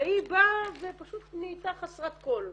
והיא באה ופשוט נהייתה חסרת כל.